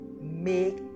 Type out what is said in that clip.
make